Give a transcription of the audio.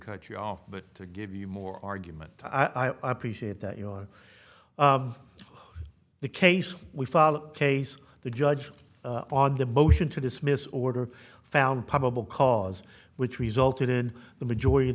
cut you off but to give you more argument i appreciate that you know the case we follow the case the judge on the motion to dismiss order found probable cause which resulted in the majority of